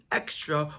extra